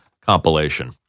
compilation